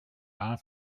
baan